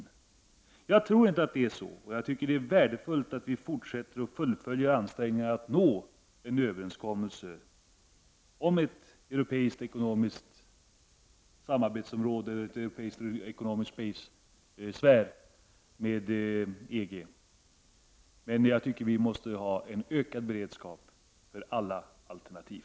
Jag tror inte att det är så, och jag tycker att det är värdefullt att vi fortsätter och fullföljer ansträngningarna att nå en överenskommelse om ett europeiskt ekonomiskt samarbetsområde, en europeisk ekonomisk sfär, med EG. Men jag tycker att vi måste ha en ökad beredskap för alla alternativ.